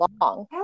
long